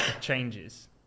changes